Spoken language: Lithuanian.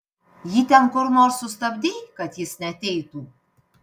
jį ten kur nors sustabdei kad jis neateitų